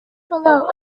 below